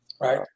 Right